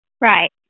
Right